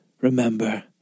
remember